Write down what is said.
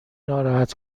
ناراحت